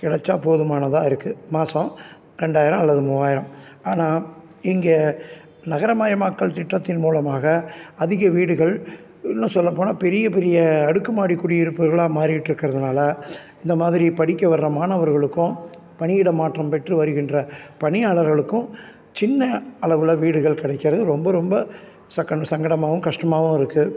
கிடைச்சா போதுமானதாக இருக்குது மாதம் ரெண்டாயிரம் அல்லது மூவாயிரம் ஆனால் இங்கே நகரமயமாக்கல் திட்டத்தின் மூலமாக அதிக வீடுகள் இன்னும் சொல்லபோனால் பெரிய பெரிய அடுக்குமாடி குடியிருப்புகளாக மாறிகிட்டு இருக்கிறதனால இந்த மாதிரி படிக்க வர மாணவர்களுக்கும் பணியிடமாற்றம் பெற்று வருகின்ற பணியாளர்களுக்கும் சின்ன அளவில் வீடுகள் கிடைக்கிறது ரொம்ப ரொம்ப சங்கடமாகவும் கஷ்டமாவும் இருக்குது